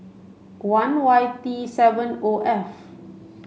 one Y T seven O F